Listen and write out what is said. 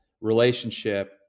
relationship